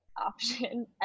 option